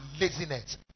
laziness